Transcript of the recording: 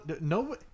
No